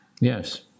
Yes